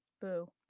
Boo